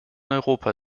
europa